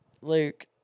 Luke